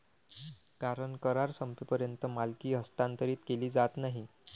कारण करार संपेपर्यंत मालकी हस्तांतरित केली जात नाही